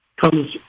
comes